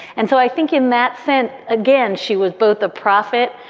and so i think in that sense, again, she was both a prophet,